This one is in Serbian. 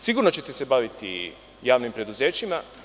Sigurno ćete se baviti javnim preduzećima.